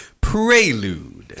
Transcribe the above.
Prelude